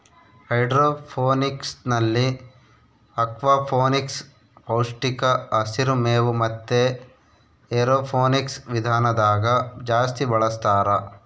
ಹೈಡ್ರೋಫೋನಿಕ್ಸ್ನಲ್ಲಿ ಅಕ್ವಾಫೋನಿಕ್ಸ್, ಪೌಷ್ಟಿಕ ಹಸಿರು ಮೇವು ಮತೆ ಏರೋಫೋನಿಕ್ಸ್ ವಿಧಾನದಾಗ ಜಾಸ್ತಿ ಬಳಸ್ತಾರ